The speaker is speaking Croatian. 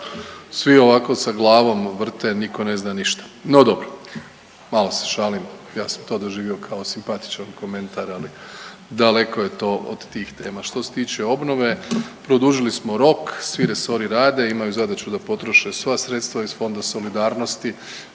svi ovako sa glavom vrte, nitko ne zna ništa. No, dobro. Malo se šalim. Ja sam to doživio kao simpatičan komentar, ali daleko je to od tih tema. Što se tiče obnove, produžili smo rok, svi resori rade imaju zadaću da potroše sva sredstva iz Fonda solidarnosti,